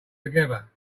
together